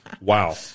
Wow